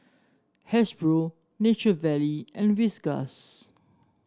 Hasbro Nature Valley and Whiskas